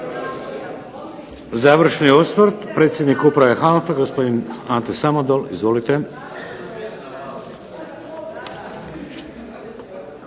Završni osvrt, predsjednik Uprave HANFA-e, gospodin Ante Samodol. Izvolite.